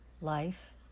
Life